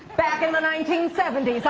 back in the nineteen seventy